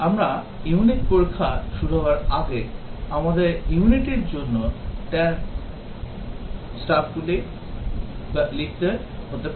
আমরা ইউনিট পরীক্ষা শুরু করার আগে আমাদের ইউনিটটির জন্য ড্রাইভার এবং স্টাবগুলিকে লিখতে হতে পারে